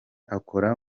akora